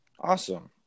Awesome